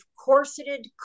corseted